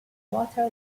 water